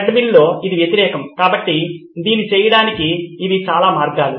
ట్రెడ్మిల్లో ఇది వ్యతిరేకం కాబట్టి దీన్ని చేయడానికి ఇవి చాలా మార్గాలు